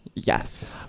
Yes